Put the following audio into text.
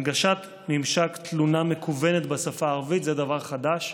הנגשת ממשק תלונה מקוונת בשפה הערבית, זה דבר חדש,